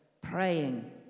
praying